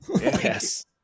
Yes